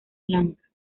blanca